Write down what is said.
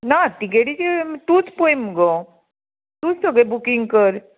ना तिकेटीचे तूंच पय मुगो तूं सगळें बुकींग कर